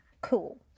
Cool